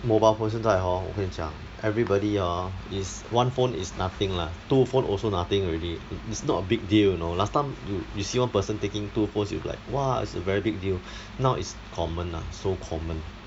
mobile phone 现在 hor 我跟你讲 everybody hor is one phone is nothing lah two phone also nothing already it is not a big deal you know last time you you see one person taking two phones it's like !wah! it's a very big deal now it's common lah so common